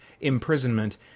imprisonment